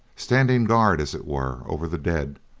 standing guard as it were over the dead,